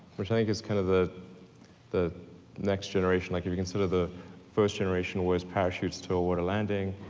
which i think is kind of the the next generation. like if you consider the first generation was parachutes to a water landing,